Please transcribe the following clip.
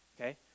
okay